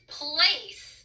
place